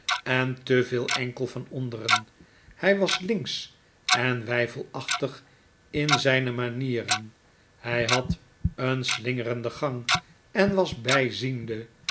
en te veel enkel van onderen hy was linksch en weifelachtig in zyne manieren hi had een slingerenden gang en was byziende